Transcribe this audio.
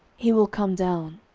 he will come down.